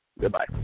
Goodbye